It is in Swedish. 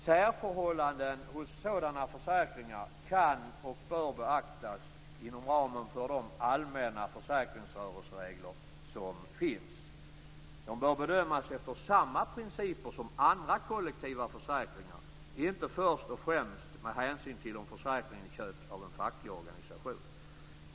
Särförhållanden hos sådana försäkringar kan och bör beaktas inom ramen för de allmänna försäkringsrörelseregler som finns. De bör bedömas efter samma principer som andra kollektiva försäkringar och inte först och främst med hänsyn till om försäkringen köps av en facklig organisation.